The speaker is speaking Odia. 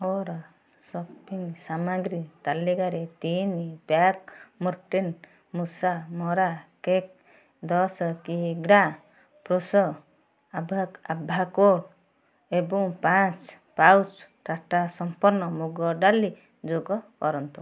ମୋର ସପିଂ ସାମଗ୍ରୀ ତାଲିକାରେ ତିନି ପ୍ୟାକ୍ ମୋର୍ଟିନ ମୂଷା ମରା କେକ୍ ଦଶ କିଗ୍ରା ଫ୍ରେଶୋ ଆଭୋକାଡୋ ଏବଂ ପାଞ୍ଚ ପାଉଚ୍ ଟାଟା ସମ୍ପନ୍ନ ମୁଗ ଡାଲି ଯୋଗ କରନ୍ତୁ